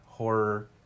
Horror